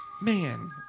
man